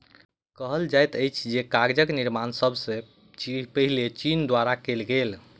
कहल जाइत अछि जे कागजक निर्माण सब सॅ पहिने चीन द्वारा कयल गेल